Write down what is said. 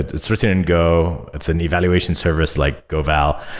it's written in go. it's an evaluation service, like goval.